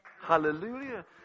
Hallelujah